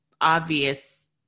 obvious